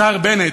השר בנט,